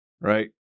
Right